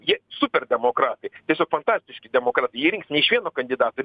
jie super demokratai tiesiog fantastiški demokratai jie rinks ne iš vieno kandidato ir